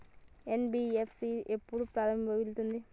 NBFC ఎప్పుడు ప్రారంభించిల్లు?